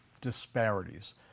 disparities